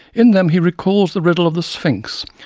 in them, he recalls the riddle of the sphinx,